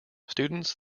students